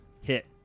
Hit